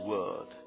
Word